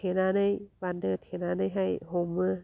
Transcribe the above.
थेनानै बान्दो थेनानैहाय हमो